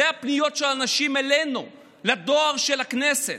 אלה הפניות של אנשים אלינו, לדואר של הכנסת.